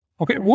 Okay